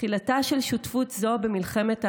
תחילתה של שותפות זו במלחמת העצמאות,